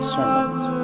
Sermons